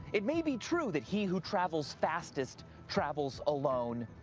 it may be true that he who travels fastest travels alone,